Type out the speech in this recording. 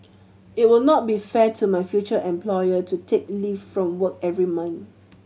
it will not be fair to my future employer to take leave from work every month